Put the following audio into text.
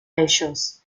ellos